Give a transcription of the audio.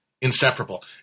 inseparable